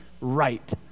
right